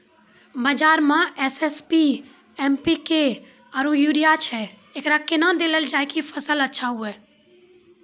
बाजार मे SSP, MPK आरु यूरिया छैय, एकरा कैना देलल जाय कि फसल अच्छा हुये?